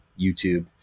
YouTube